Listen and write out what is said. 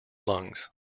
lungs